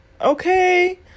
okay